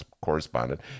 correspondent